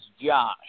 Josh